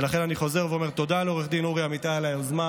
ולכן אני חוזר ואומר תודה לעו"ד אורי אמיתי על היוזמה